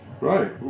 right